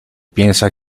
piensa